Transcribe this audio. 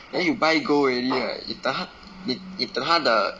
then you buy gold already right 你等它你你等它的